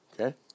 Okay